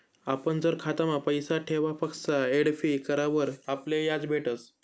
आपण जर खातामा पैसा ठेवापक्सा एफ.डी करावर आपले याज भेटस